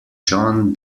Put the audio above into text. john